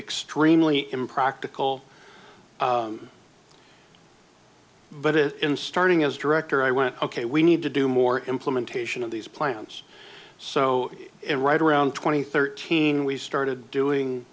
extremely impractical but if in starting as director i went ok we need to do more implementation of these plans so it right around twenty thirteen we started doing